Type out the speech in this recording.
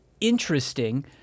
interesting